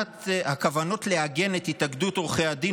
הכוונות לעגן את התאגדות עורכי הדין